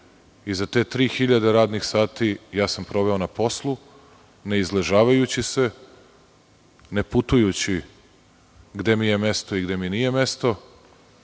3000 hiljade radnih sati ja sam proveo na poslu, ne izležavajući se, ne putujući gde mi je mesto i gde mi nije mesto,